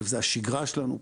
זו השגרה שלנו,